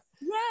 yes